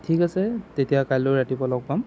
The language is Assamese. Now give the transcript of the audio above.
ঠিক আছে তেতিয়া কাইলৈ ৰাতিপুৱা লগ পাম